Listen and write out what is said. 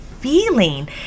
feeling